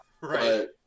Right